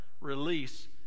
release